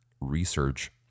research